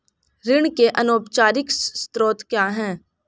ऋण के अनौपचारिक स्रोत क्या हैं?